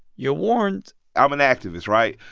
you're warned i'm an activist, right?